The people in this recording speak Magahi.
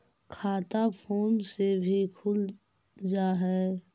खाता फोन से भी खुल जाहै?